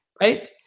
Right